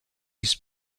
his